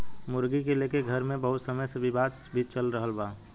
मुर्गी के लेके घर मे बहुत समय से विवाद भी चल रहल बा